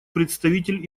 представитель